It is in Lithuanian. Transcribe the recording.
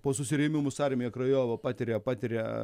po susirėmimų su armija krajova patiria patiria